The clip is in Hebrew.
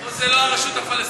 פה זה לא הרשות הפלסטינית,